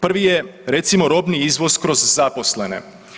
Prvi je recimo robni izvoz kroz zaposlene.